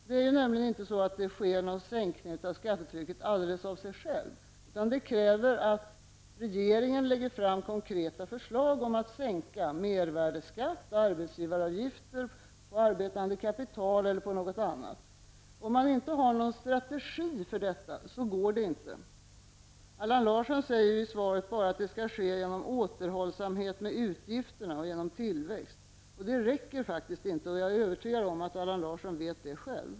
Det är nämligen inte så att det sker någon sänkning av skattetrycket alldeles av sig själv, utan det kräver att regeringen lägger fram konkreta förslag om att sänka mervärdeskatten och arbetsgivaravgifter på arbetande kapital eller på något annat. Om man inte har någon strategi för detta, går det inte. Allan Larsson säger i svaret bara att det skall ske genom återhållsamhet med utgifterna och genom tillväxt, och det räcker faktiskt inte. Jag är övertygad om att Allan Larsson vet det själv.